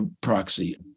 proxy